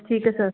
ਠੀਕ ਐ ਸਰ